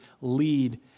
lead